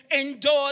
endure